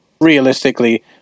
realistically